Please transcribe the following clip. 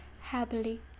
happily